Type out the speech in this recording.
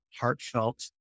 heartfelt